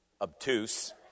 obtuse